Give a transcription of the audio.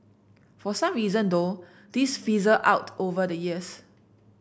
for some reason though this fizzled out over the years